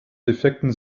defekten